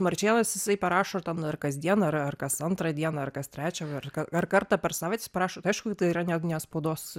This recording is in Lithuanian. marčėnas jisai parašo ten ar kasdien ar ar kas antrą dieną ar kas trečią ar ka ar kartą per savaitę jis prašo tai aišku kad tai yra ne ne spaudos